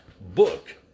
book